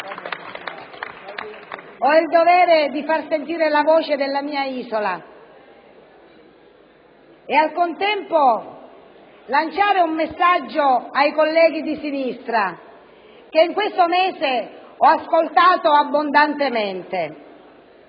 ho il dovere di far sentire la voce della mia isola e, al contempo, di lanciare un messaggio ai colleghi di sinistra che in questo mese ho ascoltato abbondantemente